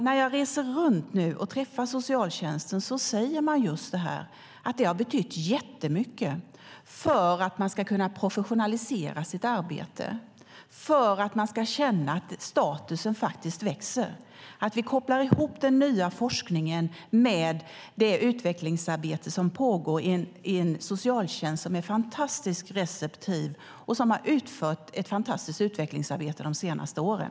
När jag nu reser runt och träffar socialtjänsten säger man att detta har betytt mycket för att man ska kunna professionalisera sitt arbete och för att man ska känna att statusen faktiskt växer. Vi kopplar ihop den nya forskningen med det utvecklingsarbete som pågår inom en socialtjänst som är fantastiskt receptiv och som har utfört ett fantastiskt utvecklingsarbete under de senaste åren.